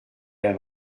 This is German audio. der